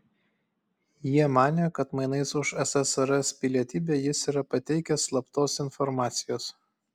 jie manė kad mainais už ssrs pilietybę jis yra pateikęs slaptos informacijos